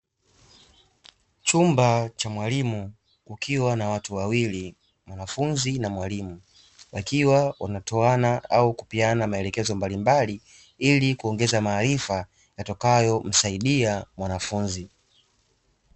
Chumba cha mwalimu kukiwa na watu wawili mwanafunzi na mwalimu, wakiwa wanatoana au kupeana maelekezo mbalimbali ili kuongeza maarifa, yatakayomsaidia mwanafunzi.